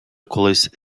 колись